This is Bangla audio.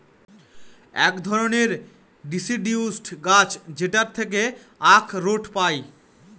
এক ধরনের ডিসিডিউস গাছ যেটার থেকে আখরোট পায়